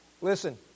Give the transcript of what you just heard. Listen